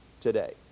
today